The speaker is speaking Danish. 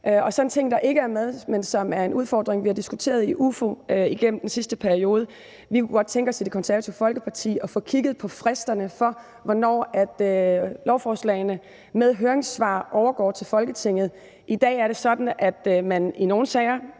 Så til en ting, der ikke er med, men som er en udfordring, som vi har diskuteret i Udvalget for Forretningsordenen igennem den sidste periode. Vi kunne godt tænke os i Det Konservative Folkeparti at få kigget på fristerne for, hvornår lovforslagene med høringssvar overgår til Folketinget. I dag er det sådan, at man i nogle sager